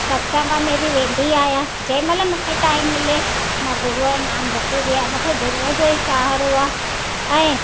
सत्संग में बि वेंदी आहियां जेमहिल मूंखे टाइम मिले मां गुरू जो नाम जपींदी आहियां मूंखे गुरू जो ई सहारो आहे ऐं